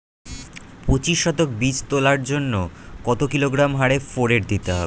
পঁচিশ শতক বীজ তলার জন্য কত কিলোগ্রাম হারে ফোরেট দিতে হবে?